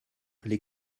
les